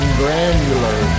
granular